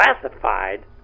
Classified